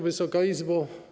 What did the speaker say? Wysoka Izbo!